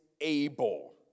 able